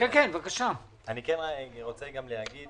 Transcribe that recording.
אני גם רוצה להגיד